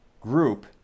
group